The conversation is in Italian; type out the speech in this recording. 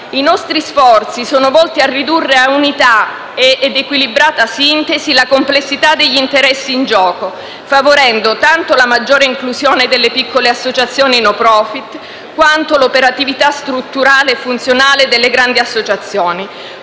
I nostri sforzi sono volti a ridurre a unità ed equilibrata sintesi la complessità degli interessi in gioco, favorendo tanto la maggiore inclusione delle piccole associazioni *no profit* quanto l'operatività strutturale e funzionale delle grandi associazioni.